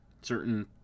certain